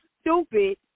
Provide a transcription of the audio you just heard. stupid